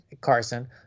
Carson